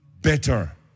better